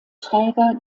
träger